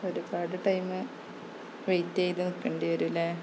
ഒരുപാട് time wait ചെയ്തു നില്ക്കേണ്ടിവരൂല്ലേ